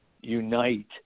unite